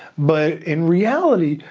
but in reality,